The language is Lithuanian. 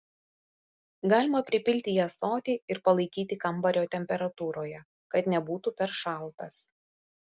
galima pripilti į ąsotį ir palaikyti kambario temperatūroje kad nebūtų per šaltas